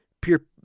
pure